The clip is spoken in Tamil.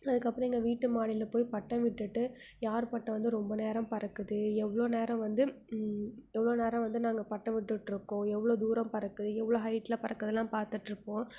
அதுக்கப்புறம் எங்கள் வீட்டு மாடியில் போய் பட்டம் விட்டுட்டு யார் பட்டம் வந்து ரொம்ப நேரம் பறக்குது எவ்வளோ நேரம் வந்து எவ்வளோ நேரம் வந்து நாங்கள் பட்டம் விட்டுட்டுருக்கோம் எவ்வளோ தூரம் பறக்குது எவ்வளோ ஹைட்டில் பறக்குதுன்னுலாம் பார்த்துட்டுருப்போம்